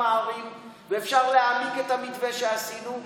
ערים ואפשר להעמיק את המתווה שעשינו,